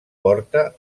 porta